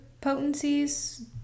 potencies